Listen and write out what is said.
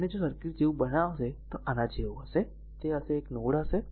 તેથી જો આ સર્કિટ જેવું બનાવશે તો આ જેવું હશે તે હશે તે એક જ નોડ હશે